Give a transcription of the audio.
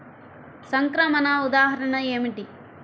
సంక్రమణ ఉదాహరణ ఏమిటి?